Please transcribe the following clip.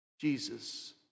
Jesus